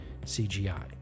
CGI